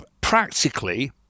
Practically